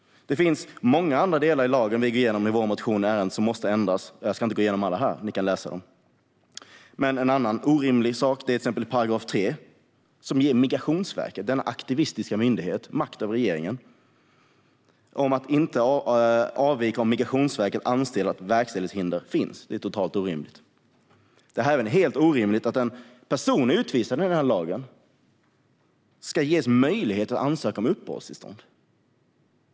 Enligt våra motioner finns det många andra delar i lagen som måste ändras. Jag ska inte gå igenom alla här, utan ni kan läsa dem. En orimlighet är 3 § som ger Migrationsverket, denna aktivistiska myndighet, makt över regeringen, som inte kan avvika från beslutet om Migrationsverket anser att verkställighetshinder finns. Det är totalt orimligt. Det är även helt orimligt att en person utvisad enligt denna lag ska ges möjlighet att ansöka om uppehållstillstånd.